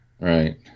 Right